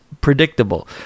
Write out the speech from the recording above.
predictable